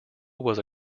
was